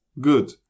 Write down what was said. Good